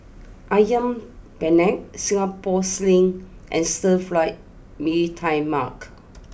Ayam Penyet Singapore sling and Stir Fry Mee Tai Mak